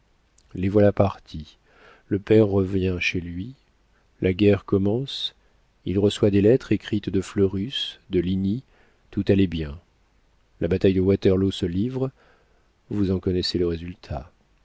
les voilà partis le père revient chez lui la guerre commence il reçoit des lettres écrites de fleurus de ligny tout allait bien la bataille de waterloo se livre vous en connaissez le résultat